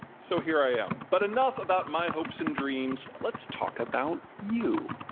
so, here i am. but enough about my hopes and dreams. let's talk about you.